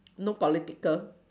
no political